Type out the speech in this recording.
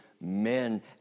men